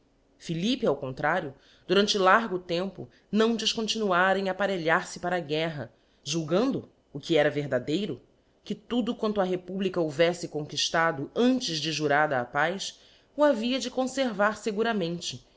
philippe ao contrario durante largo tempo não ielcrontinuara em apparelhar fe para a guerra julgando cy que era verdadeiro que tudo quanto á republica houíle conquiftado antes de jurada a paz o havia de conrxrar feguramente